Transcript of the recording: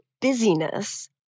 busyness